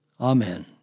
Amen